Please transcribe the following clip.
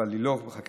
אבל היא לא בחקירה.